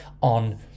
on